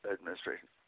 Administration